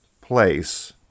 place